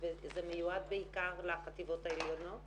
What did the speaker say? "בעיה של הנשים האלה שהן בוחרות להיות בזנות,